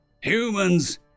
Humans